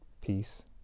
peace